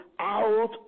out